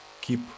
keep